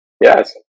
yes